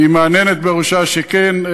היא מהנהנת בראשה שכן.